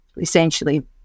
essentially